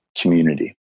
community